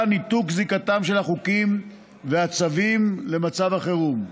ניתוק זיקתם של החוקים והצווים למצב החירום.